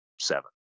seven